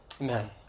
Amen